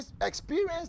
experience